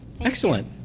Excellent